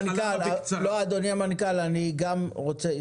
אדוני המנכ"ל אני גם רוצה,